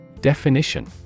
Definition